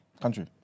Country